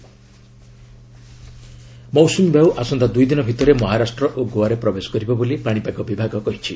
monsoon ମୌସୁମୀ ବାୟୁ ଆସନ୍ତା ଦୁଇ ଦିନ ଭିତରେ ମହାରାଷ୍ଟ୍ର ଓ ଗୋଆରେ ପ୍ରବେଶ କରିବ ବୋଲି ପାଣିପାଗ ବିଭାଗ କହିଛି